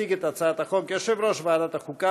יציג את הצעת החוק יושב-ראש ועדת החוקה,